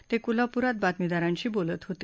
ते कोल्हापुरात बातमीदारांशी बोलत होते